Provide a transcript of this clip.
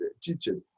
teachers